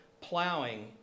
plowing